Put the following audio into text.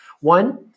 One